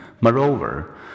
moreover